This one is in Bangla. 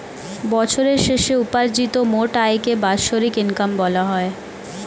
বছরের শেষে উপার্জিত মোট আয়কে বাৎসরিক ইনকাম বলা হয়